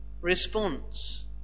response